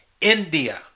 India